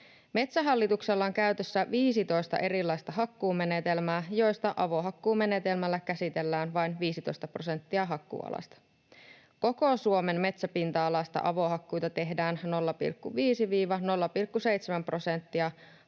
Metsähallituksella on käytössä 15 erilaista hakkuumenetelmää, joista avohakkuumenetelmällä käsitellään vain 15 prosenttia hakkuualasta. Koko Suomen metsäpinta-alasta avohakkuita tehdään 0,5—0,7 prosenttia.